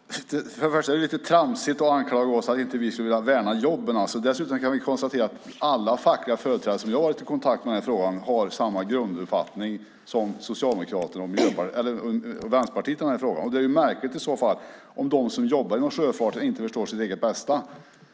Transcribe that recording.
Först och främst är det lite tramsigt att anklaga oss för att vi inte skulle vilja värna jobben. Dessutom kan vi konstatera att alla fackliga företrädare som jag har varit i kontakt med i den här frågan har samma grunduppfattning som Socialdemokraterna och Vänsterpartiet i den här frågan. Det är i så fall märkligt om de som jobbar inom sjöfarten inte förstår sitt eget bästa.